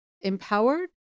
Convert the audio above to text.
empowered